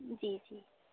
جی جی